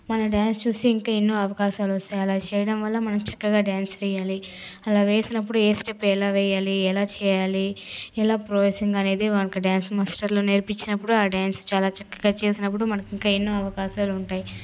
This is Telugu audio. మన డ్యాన్స్ చూసి ఇంకా ఎన్నో అవకాశాలు వస్తాయి అలా చేయడం వల్ల మనం చక్కగా డ్యాన్స్ వేయాలి అలా వేసినప్పుడు ఏ స్టెప్ ఎలా వేయాలి ఎలా చెయ్యాలి ఎలా ప్రాసెస్సింగ్ అనేది మనకి డ్యాన్స్ మాస్టర్లు నేర్పిస్తున్నప్పుడు ఆ డ్యాన్స్ చాలా చక్కగా చేసినప్పుడు మనకు ఇంకా ఎన్నో అవకాశాలు ఉంటాయి